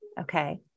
Okay